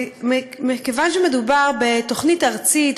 ומכיוון שמדובר בתוכנית ארצית,